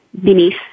beneath